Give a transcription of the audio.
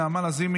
נעמה לזימי,